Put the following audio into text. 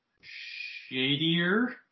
Shadier